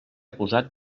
posat